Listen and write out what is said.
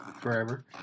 forever